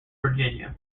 virginia